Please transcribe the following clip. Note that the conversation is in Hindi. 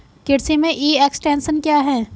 कृषि में ई एक्सटेंशन क्या है?